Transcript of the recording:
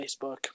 Facebook